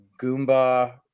Goomba